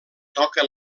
toca